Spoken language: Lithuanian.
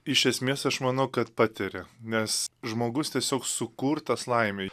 iš esmės aš manau kad patiria nes žmogus tiesiog sukurtas laimei